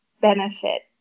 benefit